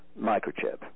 microchip